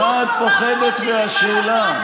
מה את פוחדת מהשאלה?